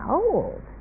old